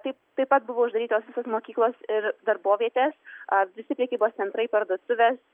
taip taip pat buvo uždarytos mokyklos ir darbovietės ar visi prekybos centrai parduotuvės